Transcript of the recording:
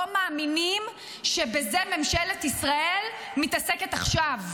מאמינים שבזה ממשלת ישראל מתעסקת עכשיו,